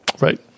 Right